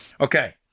Okay